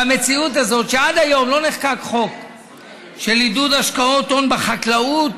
והמציאות הזאת שעד היום לא נחקק חוק של עידוד השקעות הון בחקלאות